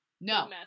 no